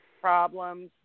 problems